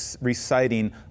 reciting